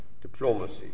diplomacy